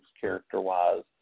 character-wise